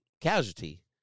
casualty